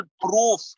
proof